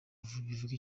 bivuga